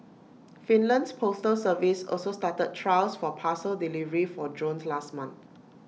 Finland's postal service also started trials for parcel delivery for drones last month